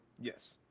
Yes